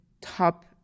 top